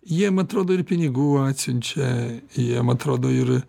jiem atrodo ir pinigų atsiunčia jiem atrodo ir